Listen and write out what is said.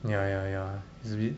ya ya ya its a bit